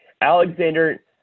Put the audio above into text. Alexander